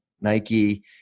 Nike